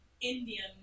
Indian